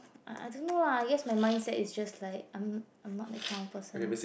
uh I don't know lah I guess my mindset is just like I'm I'm not that kind of person